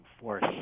force